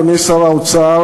אדוני שר האוצר,